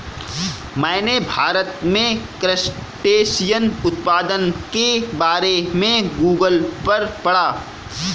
मैंने भारत में क्रस्टेशियन उत्पादन के बारे में गूगल पर पढ़ा